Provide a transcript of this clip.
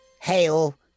hail